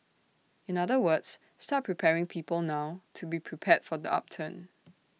in other words start preparing people now to be prepared for the upturn